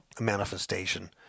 manifestation